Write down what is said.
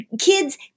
kids